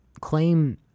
Claim